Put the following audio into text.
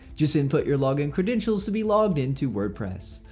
just input your login credentials to be logged into wordpress.